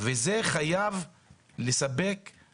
אז למה האזרח צריך לשלם תוספת על דברים שמגיעים לו?